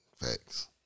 Facts